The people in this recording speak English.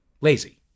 lazy